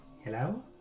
Hello